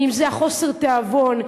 אם זה חוסר התיאבון,